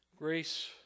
Grace